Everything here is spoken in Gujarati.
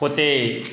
પોતે